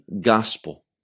gospel